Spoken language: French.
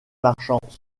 marchands